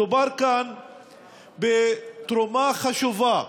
מדובר כאן בתרומה חשובה